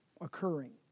occurring